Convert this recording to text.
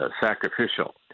sacrificial